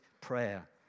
prayer